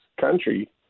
country